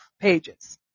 pages